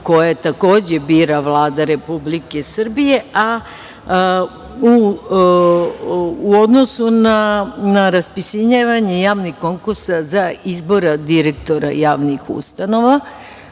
koje takođe bira Vlada Republike Srbije, a u odnosu na raspisivanje javnih konkursa za izbor direktora javnih ustanova.